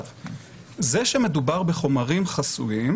זה שמדובר בחומרים חסויים,